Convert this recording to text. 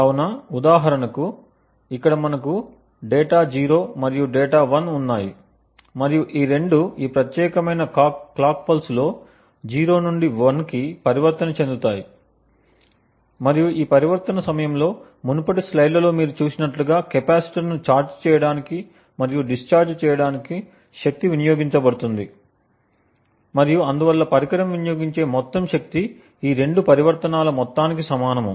కాబట్టి ఉదాహరణకు ఇక్కడ మనకు డేటా 0 మరియు డేటా 1 ఉన్నాయి మరియు ఈ రెండూ ఈ ప్రత్యేకమైన క్లాక్ పల్స్ లో 0 నుండి 1 కి పరివర్తన చెందుతాయి మరియు ఈ పరివర్తన సమయంలో మునుపటి స్లైడ్లలో మీరు చూసినట్లుగా కెపాసిటర్ ను ఛార్జ్ చేయడానికి మరియు డిశ్చార్జ్ చేయడానికి శక్తి వినియోగించబడుతుంది మరియు అందువల్ల పరికరం వినియోగించే మొత్తం శక్తి ఈ రెండు పరివర్తనాల మొత్తానికి సమానము